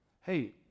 hey